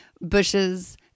bushes